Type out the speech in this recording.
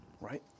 right